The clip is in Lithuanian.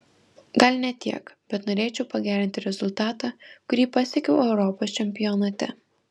gal ne tiek bet norėčiau pagerinti rezultatą kurį pasiekiau europos čempionate